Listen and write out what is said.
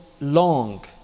long